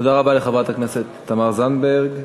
תודה רבה לחברת הכנסת תמר זנדברג.